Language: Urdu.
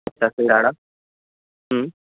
اچھا سنگھاڑا